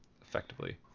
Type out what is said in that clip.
effectively